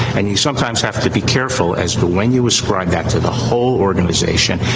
and you sometimes have to be careful as to when you ascribe to the whole organization.